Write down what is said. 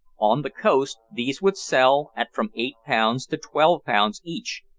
on the coast these would sell at from eight pounds to twelve pounds each,